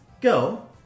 Go